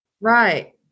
right